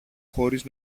χωρίς